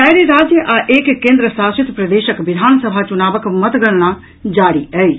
चारि राज्य आ एक केन्द्रशासित प्रदेशक विधानसभा चुनावक मतगणना जारी अछि